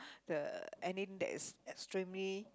the ending that is extremely